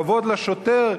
כבוד לשוטר,